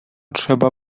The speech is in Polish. trzeba